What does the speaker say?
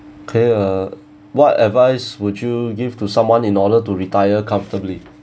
clear uh what advice would you give to someone in order to retire comfortably